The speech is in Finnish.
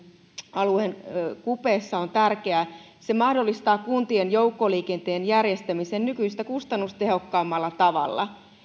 alueen kupeessa on tärkeä se mahdollistaa kuntien joukkoliikenteen järjestämisen nykyistä kustannustehokkaammalla tavalla